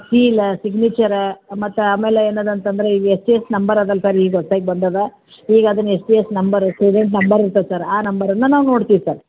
ಸೀಲ signature ಮತ್ತೆ ಆಮೇಲೆ ಏನದೆ ಅಂತಂದರೆ ಈಗ ಎಸ್ ಟಿ ಎಸ್ ನಂಬರ್ ಅದಲ್ಲ ಸರ್ ಈಗ ಹೊಸ್ದಾಗ್ ಬಂದದೆ ಈಗ ಅದನ್ನು S T S number student number ಇರ್ತದೆ ಸರ್ ಆ ನಂಬರನ್ನು ನಾವು ನೋಡ್ತೀವಿ ಸರ್